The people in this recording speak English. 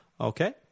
Okay